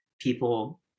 people